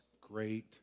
great